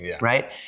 right